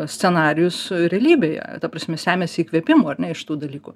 scenarijus realybėje ta prasme semiasi įkvėpimo ar ne iš tų dalykų